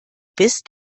bist